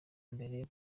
mbere